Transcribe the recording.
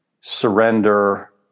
surrender